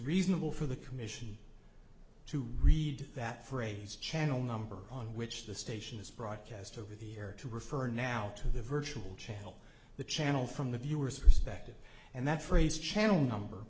reasonable for the commission to read that phrase channel number on which the station is broadcast over the air to refer now to the virtual channel the channel from the viewer's perspective and that phrase channel number